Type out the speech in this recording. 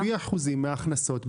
לפי אחוזים מההכנסות.